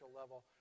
level